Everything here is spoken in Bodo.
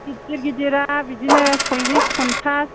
गिदिर गिदिरा बिदिनो सलिस फनसास